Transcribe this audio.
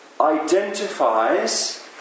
identifies